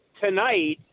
tonight